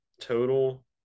total